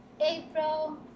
april